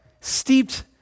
steeped